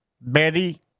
Betty